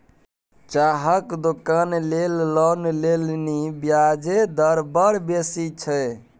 चाहक दोकान लेल लोन लेलनि ब्याजे दर बड़ बेसी छै